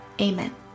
Amen